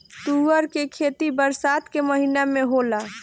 तूअर के खेती बरसात के महिना में होला